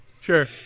Sure